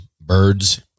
Birds